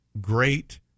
great